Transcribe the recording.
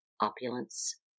opulence